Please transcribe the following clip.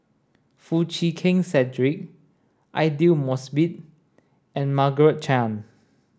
Foo Chee Keng Cedric Aidli Mosbit and Margaret Chan